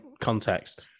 Context